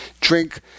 drink